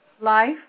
Life